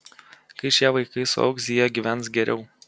kai šie vaikai suaugs jie gyvens geriau